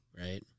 Right